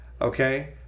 Okay